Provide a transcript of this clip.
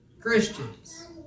Christians